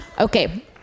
Okay